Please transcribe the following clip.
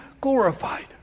glorified